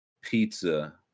pizza